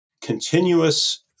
continuous